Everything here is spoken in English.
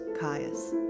Caius